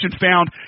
found